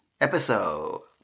episode